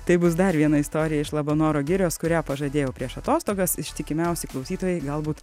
tai bus dar viena istorija iš labanoro girios kurią pažadėjau prieš atostogas ištikimiausi klausytojai galbūt